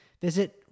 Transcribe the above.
visit